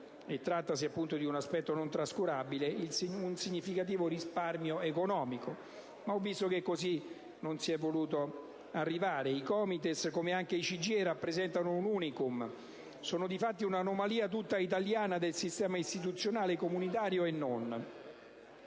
e si tratta di un aspetto non trascurabile, un significativo risparmio economico. Ma ho visto che così non si è voluto fare. I COMITES, come anche il CGIE, rappresentano un *unicum*, sono di fatto una anomalia tutta italiana nel sistema istituzionale, comunitario e non.